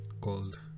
called